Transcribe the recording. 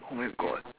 oh my god